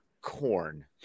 corn